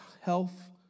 health